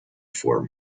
form